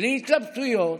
בלי התלבטויות,